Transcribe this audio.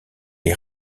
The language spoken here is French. est